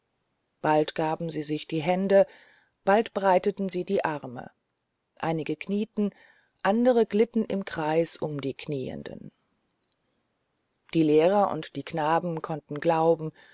bald gaben sie sich die hände bald breiteten sie die arme einige knieten andere glitten im kreis um die knieenden die lehrer und die knaben konnten glauben